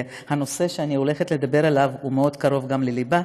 והנושא שאני הולכת לדבר עליו הוא מאוד קרוב גם לליבה,